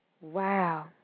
Wow